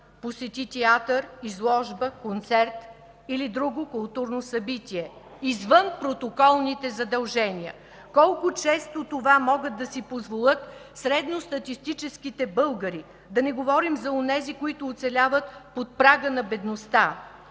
посети театър, изложба, концерт или друго културно събитие извън протоколните задължения. Колко често това могат да си позволят средно статистическите българи? Да не говорим за онези, които оцеляват под прага на бедността.